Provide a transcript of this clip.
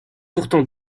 pourtant